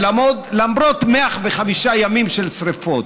ולמרות 105 ימים של שרפות.